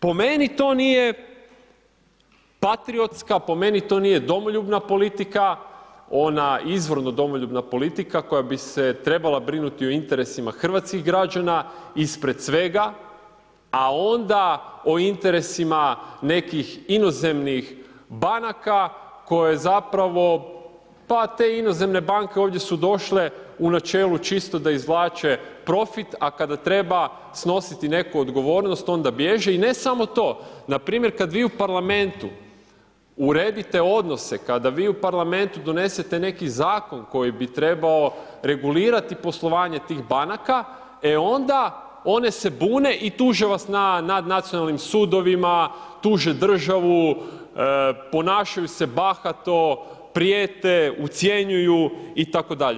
Po meni to nije patriotska, po meni to nije domoljubna politika, ona izvorno domoljubna politika koja bi se trebala brinuti o interesima hrvatskih građana ispred svega a onda o interesima nekih inozemnih banaka koje zapravo, pa te inozemne banke ovdje su došle u načelu čisto da izvlače profit a kada treba snositi neku odgovornost, ona bježe i samo to, npr. kad vi u Parlamentu uredite odnose, kada vi u Parlamentu donesete neki zakoni bi trebalo regulirati poslovanje tih banaka, e onda one se bune i tuže vas na nadnacionalnim sudovima, tuže državu, ponašaju se bahato, prijete, ucjenjuju itd.